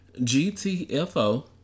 GTFO